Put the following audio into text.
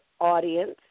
audience